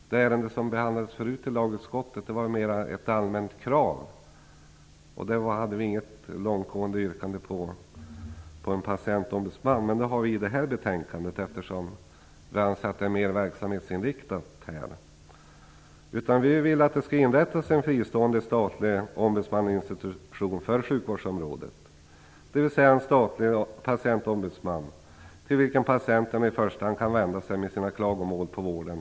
Det ärende som tidigare behandlades i lagutskottet gällde mera ett allmänt krav, och där hade vi inte något långtgående yrkande om en patientombudsman, men det har vi i det här betänkandet, som jag anser vara mer verksamhetsinriktat. Vi vill att det skall inrättas en fristående statlig ombudsmannainstitution för sjukvårdsområdet, dvs. en statlig patientombudsman, till vilken patienterna i första hand kan vända sig med sina klagomål på vården.